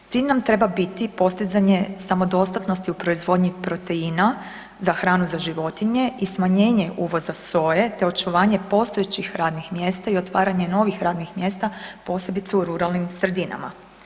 Cilj nam treba biti postizanje samodostatnosti u proizvodnji proteina za hranu za životinje i smanjenje uvoza soje te očuvanje postojećih radnih mjesta i otvaranje novih radnih mjesta, posebice u ruralnim sredinama.